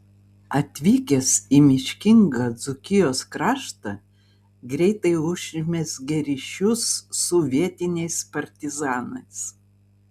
atvykęs į miškingą dzūkijos kraštą greitai užmezgė ryšius su vietiniais partizanais